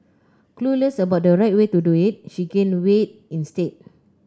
clueless about the right way to do it she gained weight instead